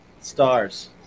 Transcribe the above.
stars